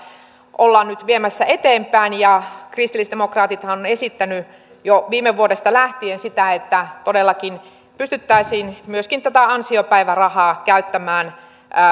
ollaan nyt viemässä eteenpäin kristillisdemokraatithan ovat esittäneet jo viime vuodesta lähtien sitä että todellakin pystyttäisiin myöskin tätä ansiopäivärahaa käyttämään